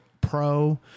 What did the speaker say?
pro